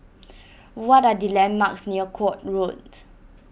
what are the landmarks near Court Road